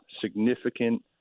significant